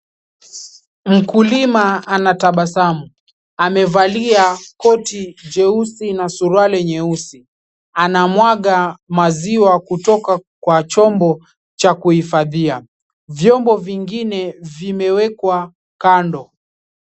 Mkulima anatabasamu. Aamevalia koti jeusi na suruali nyeusi, anamwaga maziwa kutoka kwa chombo cha kuhifadhia. Vyombo vingine vimewekwa kando.